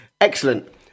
Excellent